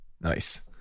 Nice